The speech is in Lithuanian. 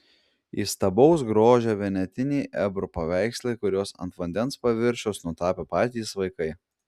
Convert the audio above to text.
įstabaus grožio vienetiniai ebru paveikslai kuriuos ant vandens paviršiaus nutapė patys vaikai